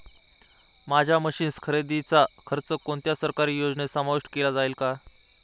माझ्या मशीन्स खरेदीचा खर्च कोणत्या सरकारी योजनेत समाविष्ट केला जाईल का?